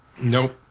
Nope